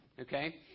okay